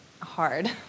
hard